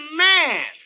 man